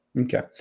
Okay